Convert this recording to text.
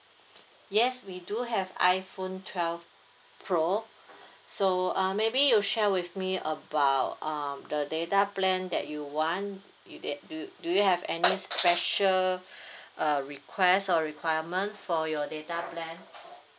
yes we do have iphone twelve pro so uh maybe you share with me about um the data plan that you want you da~ do do you have any special uh request or requirement for your data plan